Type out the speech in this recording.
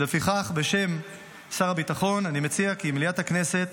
לפיכך, בשם שר הביטחון אני מציע כי מליאת הכנסת